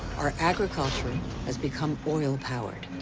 our agriculture has become oil-powered.